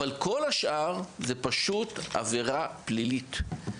אבל כל השאר זה פשוט עבירה פלילית.